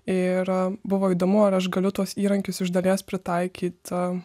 ir buvo įdomu ar aš galiu tuos įrankius iš dalies pritaikyt a